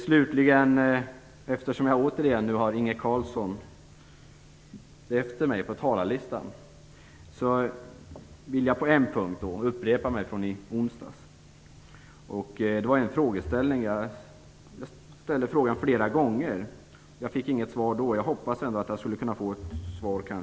Slutligen: Eftersom Inge Carlsson återigen står efter mig på talarlistan vill jag på en punkt upprepa vad jag sade i onsdags. Jag ställde en fråga flera gånger men fick inget svar. Därför hoppas jag att jag kan få ett svar i dag.